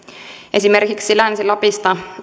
esimerkiksi länsi lapista